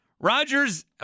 Rodgers